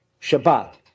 Shabbat